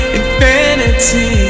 infinity